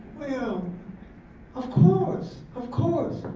well of course, of course.